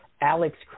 Alex